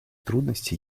трудности